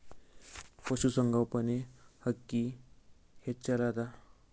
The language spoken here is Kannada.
ಪಶುಸಂಗೋಪನೆ ಅಕ್ಕಿ ಹೆಚ್ಚೆಲದಾ?